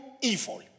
evil